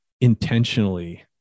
intentionally